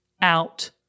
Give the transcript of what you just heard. out